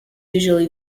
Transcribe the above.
usually